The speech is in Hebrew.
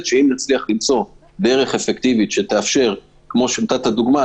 שאם נצליח למצוא דרך אפקטיבית שתאפשר כמו שנתת דוגמה,